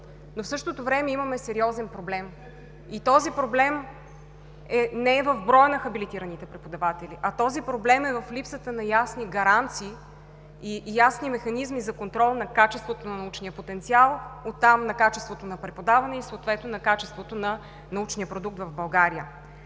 но в същото време имаме сериозен проблем и този проблем не е в броя на хабилитираните преподаватели, а в липсата на ясни гаранции и ясни механизми за контрол на качеството на научния потенциал, а от там на качеството на преподаване и съответно на качеството на научния продукт в България.